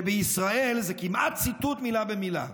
שבישראל, וזה כמעט ציטוט מילה במילה,